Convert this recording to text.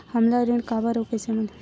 हमला ऋण काबर अउ कइसे मिलही?